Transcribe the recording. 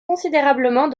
considérablement